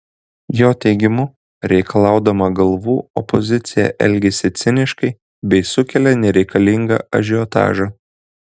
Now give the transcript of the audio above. jo teigimu reikalaudama galvų opozicija elgiasi ciniškai bei sukelia nereikalingą ažiotažą